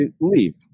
leave